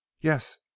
yes